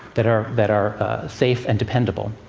that are that are safe and dependable.